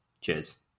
Cheers